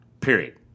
Period